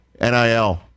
NIL